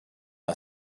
are